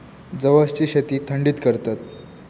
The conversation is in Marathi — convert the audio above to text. जवसची शेती थंडीत करतत